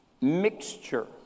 mixture